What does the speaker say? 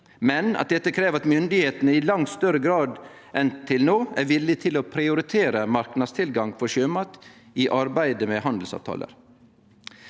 men at dette krev at myndigheitene i langt større grad enn til no er villige til å prioritere marknadstilgang for sjømat i arbeidet med handelsavtaler.